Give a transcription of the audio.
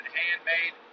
handmade